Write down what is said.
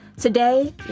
Today